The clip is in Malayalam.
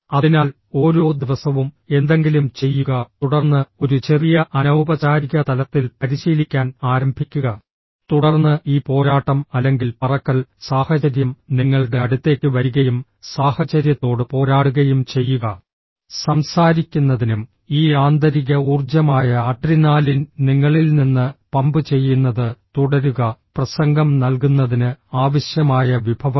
അതിനാൽ ഓരോ ദിവസവും എന്തെങ്കിലും ചെയ്യുക തുടർന്ന് ഒരു ചെറിയ അനൌപചാരിക തലത്തിൽ പരിശീലിക്കാൻ ആരംഭിക്കുക തുടർന്ന് ഈ പോരാട്ടം അല്ലെങ്കിൽ പറക്കൽ സാഹചര്യം നിങ്ങളുടെ അടുത്തേക്ക് വരികയും സാഹചര്യത്തോട് പോരാടുകയും ചെയ്യുക സംസാരിക്കുന്നതിനും ഈ ആന്തരിക ഊർജ്ജമായ അഡ്രിനാലിൻ നിങ്ങളിൽ നിന്ന് പമ്പ് ചെയ്യുന്നത് തുടരുക പ്രസംഗം നൽകുന്നതിന് ആവശ്യമായ വിഭവങ്ങൾ